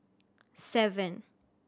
seven